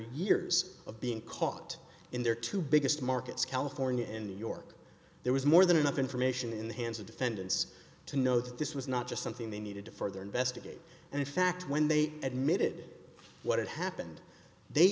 years of being caught in their two biggest markets california and new york there was more than enough information in the hands of defendants to know that this was not just something they needed to further investigate and in fact when they admitted what had happened they